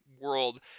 world